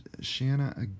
Shanna